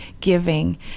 giving